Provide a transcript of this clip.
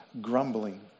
grumbling